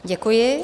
Děkuji.